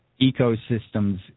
ecosystems